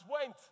went